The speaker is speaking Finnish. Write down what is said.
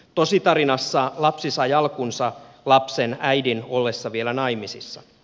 tositarinassa lapsi sai alkunsa lapsen äidin ollessa vielä naimisissa